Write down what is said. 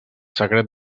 secret